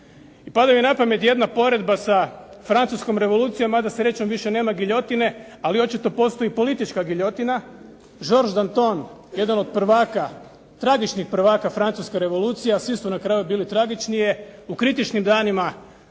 I pada mi na pamet jedna poredba sa francuskom revolucijom, mada srećom više nema giljotine, ali očito postoji politička giljotina. George Donton jedan od prvaka, tragičnih prvaka francuske revolucije, a svi su na kraju bili tragični je, u kritičnim danima